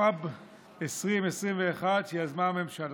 התשפ"ב 2021, שיזמה הממשלה.